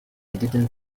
didn’t